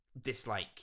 dislike